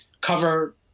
cover